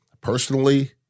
personally